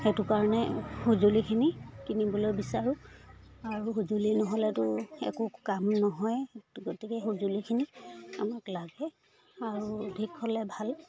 সেইটো কাৰণে সঁজুলিখিনি কিনিবলৈ বিচাৰোঁ আৰু সঁজুলি নহ'লেতো একো কাম নহয় গতিকে সঁজুলিখিনি আমাক লাগে আৰু ঠিক হ'লে ভাল